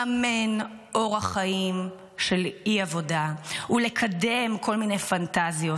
לממן אורח חיים של אי-עבודה ולקדם כל מיני פנטזיות,